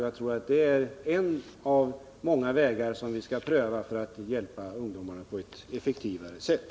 Jag tror att det är en av de vägar som vi bör pröva för att hjälpa ungdomarna på ett effektivare sätt.